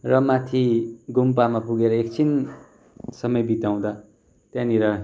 र माथि गुम्पामा पुगेर एकछिन समय बिताउँदा त्यहाँनिर